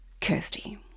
Kirsty